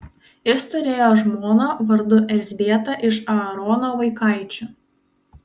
jis turėjo žmoną vardu elzbietą iš aarono vaikaičių